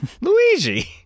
Luigi